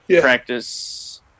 practice